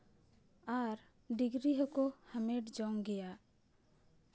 ᱟᱨ ᱰᱤᱜᱽᱨᱤ ᱦᱚᱠᱚ ᱦᱟᱢᱮᱴ ᱡᱚᱝ ᱜᱮᱭᱟ